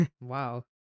wow